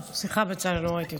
סליחה, בצלאל, לא ראיתי אותך.